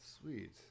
Sweet